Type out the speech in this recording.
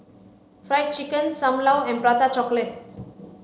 fried chicken sam lau and prata chocolate